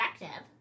effective